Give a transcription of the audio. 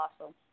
awesome